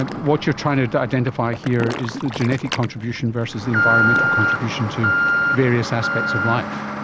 and what you're trying to to identify here is the genetic contribution versus the environmental contribution to various aspects of life.